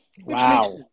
Wow